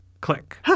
Click